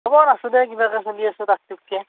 খবৰ আছো দে কিবাকৈ চলি আছো টাক টুক কৈ